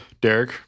Derek